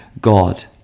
God